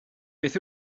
beth